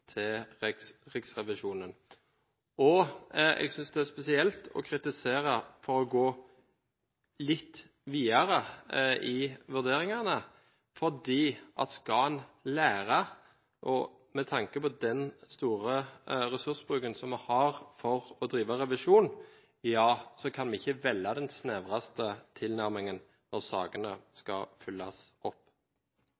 til Riksrevisjonen, og jeg synes det er spesielt å kritisere for å gå litt videre i vurderingene. For skal en lære med tanke på den store ressursbruken som vi har for å drive revisjon, kan vi ikke velge den snevreste tilnærmingen når sakene